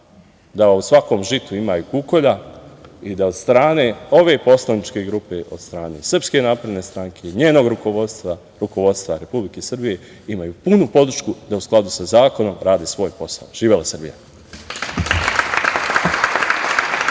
da u svakom žitu ima i kukolja i da od strane ove poslaničke grupe, od strane SNS, njenog rukovodstva, rukovodstva Republike Srbije imaju punu podršku da u skladu sa zakonom rade svoj posao. Živela Srbija.